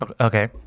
Okay